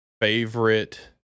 favorite